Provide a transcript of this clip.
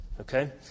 Okay